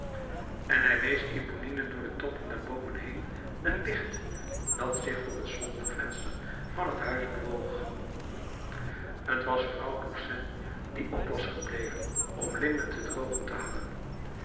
en hij wees eponine door de toppen der boomen heen een licht dat zich voor het zoldervenster van het huis bewoog t was vrouw toussaint die op was gebleven om linnen te drogen te hangen